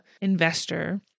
investor